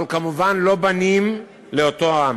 אבל כמובן לא בנים לאותו עם.